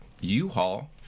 U-Haul